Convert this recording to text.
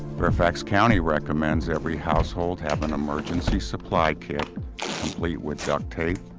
fairfax county recommends every household have an emergency supply kit complete with duct tape,